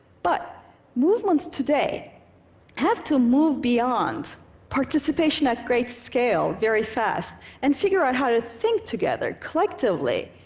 but movements today have to move beyond participation at great scale very fast and figure out how to think together collectively,